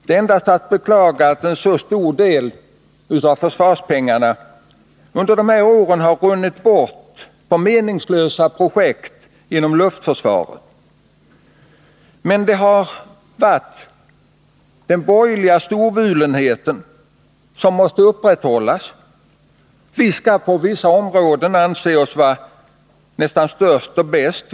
Det är endast att beklaga att så stor del av försvarspengarna under dessa år har runnit bort på meningslösa projekt inom luftförsvaret. Bakgrunden till det har varit den borgerliga storvulenheten, som måst upprätthållas. Vi skall på vissa områden tydligen anse oss vara nästan störst och bäst.